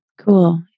Cool